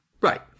Right